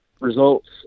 results